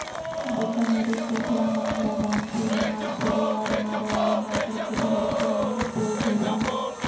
बीकानेरी, चोकला, मागरा, दानपुरी, मालपुरी आरो मारवाड़ी नस्ल के भेड़ के उन उपयोग होबा हइ